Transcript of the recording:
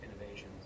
innovations